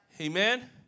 Amen